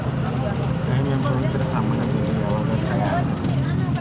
IMF ದವ್ರಿಂದಾ ಸಾಮಾನ್ಯ ಜನ್ರಿಗೆ ಯಾವ್ರೇತಿ ಸಹಾಯಾಕ್ಕತಿ?